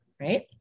right